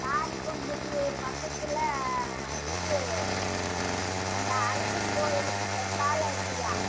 தாடிக்கொம்புக்கு பக்கத்தில் இது அந்த அழகர் கோயிலுக்குத் தெற்கால இருக்குதுய்யா